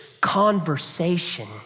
conversation